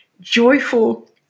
joyful